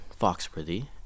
Foxworthy